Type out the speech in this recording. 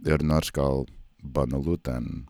ir nors gal banalu ten